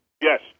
Yes